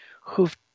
who've